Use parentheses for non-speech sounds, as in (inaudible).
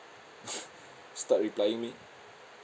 (laughs) start replying me